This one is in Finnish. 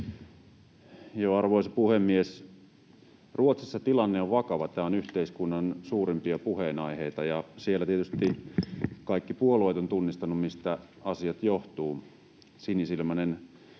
Arvoisa puhemies! Ruotsissa tilanne on vakava. Tämä on yhteiskunnan suurimpia puheenaiheita, ja siellä tietysti kaikki puo-lueet ovat tunnistaneet, mistä asiat johtuvat: sinisilmäinen